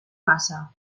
massa